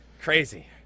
Crazy